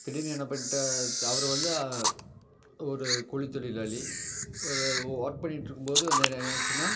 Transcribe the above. திடீரென்னு என்ன பண்ணிட்டா அவர் வந்து ஒரு கூலித்தொழிலாளி ஒர்க் பண்ணிகிட்ருக்கும்போது வந்து என்ன என்னாச்சுன்னால்